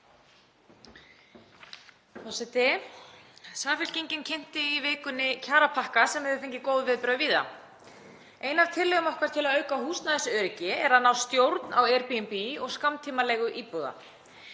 Forseti. Samfylkingin kynnti í vikunni kjarapakka sem hefur fengið góð viðbrögð víða. Ein af tillögum okkar til að auka húsnæðisöryggi er að ná stjórn á Airbnb og skammtímaleigu íbúða.